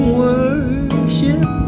worship